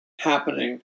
happening